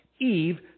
Eve